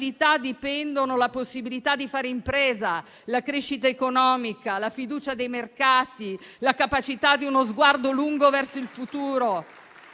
dipendono la possibilità di fare impresa, la crescita economica, la fiducia dei mercati, la capacità di uno sguardo lungo verso il futuro,